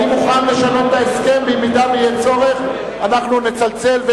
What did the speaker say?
אני מוכן לשנות את ההסכם ובמידה שיהיה צורך אנחנו נצלצל.